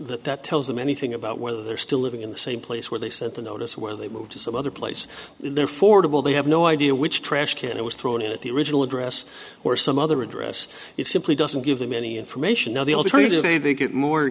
that that tells them anything about whether they're still living in the same place where they sent a notice where they moved to some other place in their fordable they have no idea which trash can it was thrown in at the original address or some other address it simply doesn't give them any information on the alternative they they get more